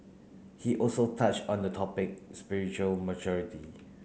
he also touched on the topic spiritual maturity